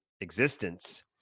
existence